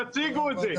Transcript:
שיציגו את זה.